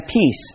peace